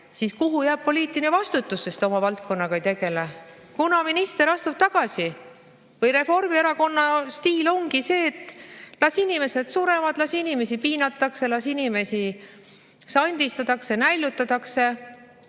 Kuhu jääb poliitiline vastutus, kui oma valdkonnaga ei tegele? Kunas minister tagasi astub? Või ongi Reformierakonna stiil see, et las inimesed surevad, las inimesi piinatakse, las inimesi sandistatakse, näljutatakse